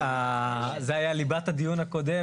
זה היה ליבת הדיון הקודם,